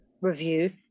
review